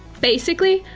basically,